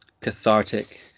cathartic